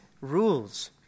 rules